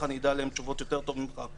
איך אדע טוב יותר ממך.